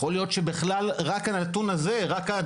יכול להיות שרק הנתון הזה, רק זה